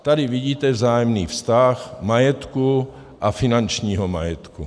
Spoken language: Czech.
Tady vidíte vzájemný vztah majetku a finančního majetku.